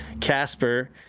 Casper